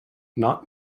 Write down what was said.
not